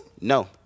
No